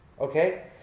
okay